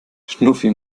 schnuffi